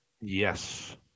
Yes